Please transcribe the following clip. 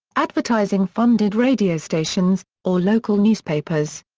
advertising-funded radio stations, or local newspapers.